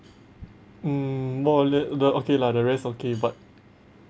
mm more or le~ the okay lah the rest okay but